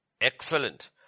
excellent